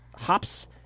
Hops